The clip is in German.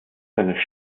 seiner